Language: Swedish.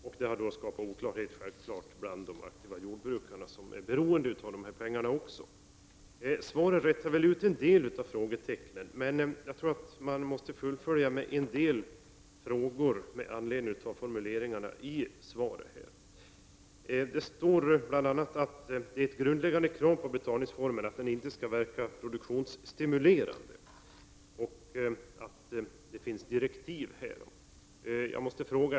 Detta har självfallet skapat oklarhet också bland de aktiva jordbrukare som är beroende av dessa pengar. Svaret rätar ut en del av frågetecknen, men med anledning av formuleringarna vill jag komplettera med några följdfrågor. Det står bl.a. att läsa att det finns direktiv om att ett grundläggande krav på betalningsformen är att den inte skall verka produktionsstimulerande.